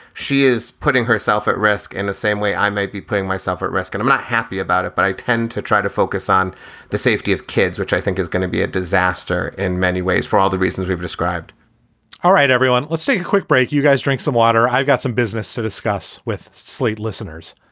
she is putting herself at risk in the same way i may be putting myself at risk and i'm not happy about it, but i tend to try to focus on the safety of kids, which i think is going to be a disaster in many ways for all the reasons we've described all right, everyone, let's see. quick break. you guys drink some water? i've got some business to discuss with slate listeners.